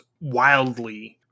wildly